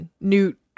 Newt